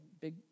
big